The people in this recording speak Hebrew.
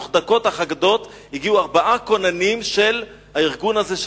בתוך דקות אחדות הגיעו ארבעה כוננים של הארגון הזה,